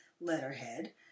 letterhead